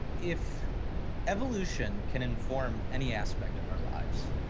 if evolution can inform any aspect of our lives.